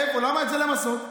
למה את זה למסות?